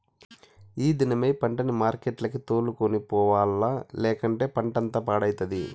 ఈ దినమే పంటని మార్కెట్లకి తోలుకొని పోవాల్ల, లేకంటే పంటంతా పాడైతది